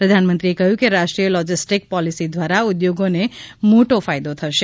પ્રધાનમંત્રીએ કહ્યું કે રાષ્ટ્રીય લોજીસ્ટીક પોલિસી દ્વારા ઉદ્યોગને મોટો ફાયદો થશે